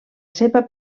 seva